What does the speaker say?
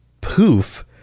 poof